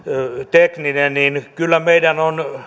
tekninen niin kyllä meidän